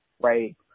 right